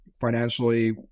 financially